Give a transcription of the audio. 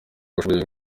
bashoboye